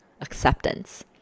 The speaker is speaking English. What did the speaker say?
acceptance